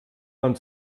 man